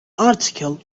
article